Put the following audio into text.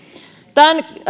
tämän